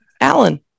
alan